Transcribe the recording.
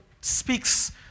speaks